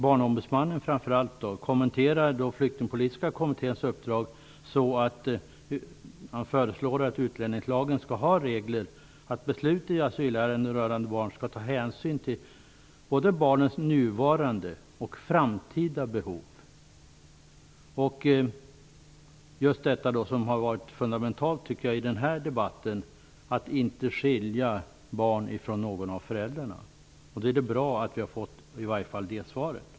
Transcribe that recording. Barnombudsmannen framför allt kommenterar Flyktingpolitiska kommitténs uppdrag så att han föreslår att utlänningslagen skall ha regler om att man i beslut i asylärenden rörande barn skall ta hänsyn till både barnens nuvarande och deras framtida behov, samt just det som har varit fundamentalt, tycker jag, i den här debatten, nämligen att inte skilja barn från någon av föräldrarna. Det är bra att vi har fått i varje fall det svaret.